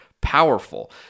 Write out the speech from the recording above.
powerful